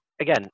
again